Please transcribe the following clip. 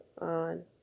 on